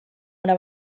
una